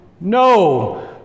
No